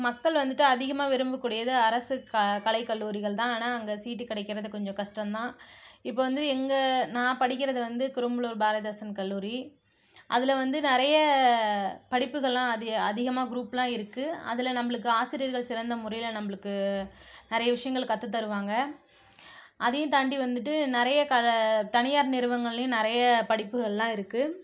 மக்கள் வந்துட்டு அதிகமாக விரும்பக்கூடியது அரசு க கலை கல்லூரிகள் தான் ஆனால் அங்கே சீட்டு கிடைக்கறது கொஞ்சம் கஷ்டந்தான் இப்போது வந்து எங்கள் நான் படிக்கிறது வந்து குரும்புலூர் பாரதிதாசன் கல்லூரி அதில் வந்து நிறைய படிப்புகள்லாம் அதி அதிகமாக குரூப்லாம் இருக்குது அதில் நம்மளுக்கு ஆசிரியர்கள் சிறந்த முறையில நம்மளுக்கு நிறைய விஷயங்கள் கத்து தருவாங்க அதையும் தாண்டி வந்துட்டு நறைய தனியார் நிறுவனங்களையும் நிறைய படிப்புகள்லாம் இருக்குது